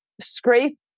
scrape